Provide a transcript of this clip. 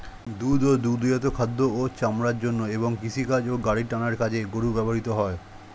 দুধ ও দুগ্ধজাত খাদ্য ও চামড়ার জন্য এবং কৃষিকাজ ও গাড়ি টানার কাজে গরু ব্যবহৃত হয়